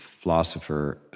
philosopher